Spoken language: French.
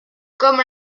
comme